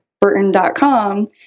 Burton.com